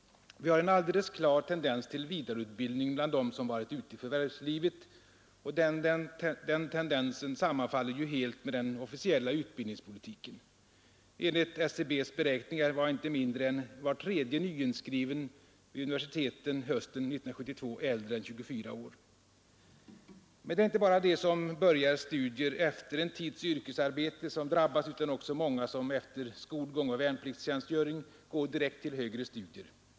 Vi har en alldeles klar tendens till vidareutbildning bland dem som varit ute i förvärvslivet, och den tendensen sammanfaller ju helt med den officiella utbildningspolitiken. Enligt SCB:s beräkningar var inte mindre än var tredje nyinskriven vid universiteten hösten 1972 äldre än 24 år. Men det är inte bara de som börjar studier efter en tids yrkesarbete som drabbas utan också många som efter skolgång och värnpliktstjänstgöring går direkt till högre studier.